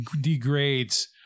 degrades